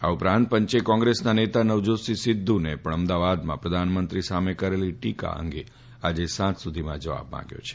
આ ઉપરાંત પંચે કોંગ્રેસના નેતા નવજાતસિંહ સિંધ્ધુએ અમદાવાદમાં પ્રધાનમંત્રી સામે કરેલી ટીકા અંગે આજે સાંજ સુધીમાં જવાબ માંગ્યો છે